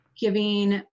giving